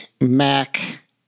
Mac